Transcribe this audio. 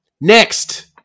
Next